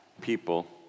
people